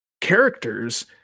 characters